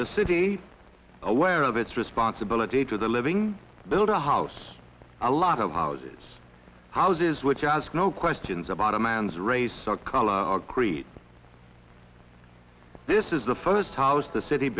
the city aware of its responsibility to the living build a house a lot of houses houses which ask no questions about a man's race or color or creed this is the first house the city